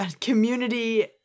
community